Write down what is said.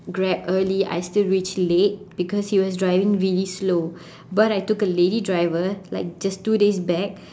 grab early I still reached late because he was driving really slow but I took a lady driver like just two days back